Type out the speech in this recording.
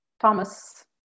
Thomas